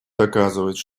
доказывать